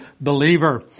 believer